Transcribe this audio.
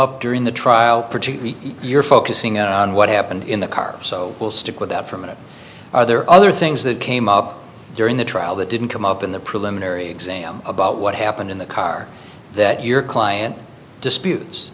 up during the trial you're focusing on what happened in the car so we'll stick with that for a minute are there other things that came up during the trial that didn't come up in the preliminary exam about what happened in the car that your client disputes